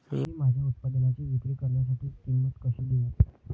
मी माझ्या उत्पादनाची विक्री करण्यासाठी किंमत कशी देऊ?